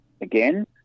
again